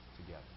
together